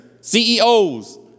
CEOs